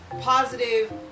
positive